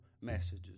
messages